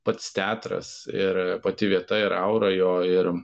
pats teatras ir pati vieta ir aura jo ir